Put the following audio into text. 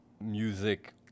music